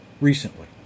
recently